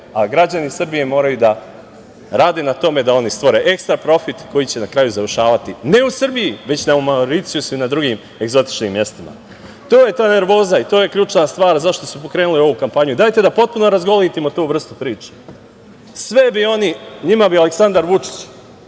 a građani Srbije moraju da rade na tome da oni stvore ekstra profit koji će na kraju završavati ne u Srbiji, već na Mauricijusu ili na drugim egzotičnim mestima. To je ta nervoza i to je ta ključna stvar zašto smo pokrenuli ovu kampanju. Dajte da potpuno razgolitimo tu vrstu priče. Njima bi Aleksandar Vučić